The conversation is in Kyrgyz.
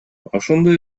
ошондой